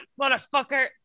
motherfucker